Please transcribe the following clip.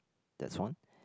that's one